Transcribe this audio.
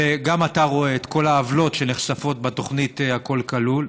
וגם אתה רואה את כל העוולות שנחשפות בתוכנית הכול כלול.